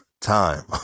time